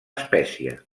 espècia